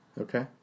Okay